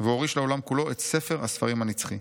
והוריש לעולם כולו את ספר הספרים הנצחי'.